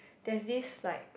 there's this like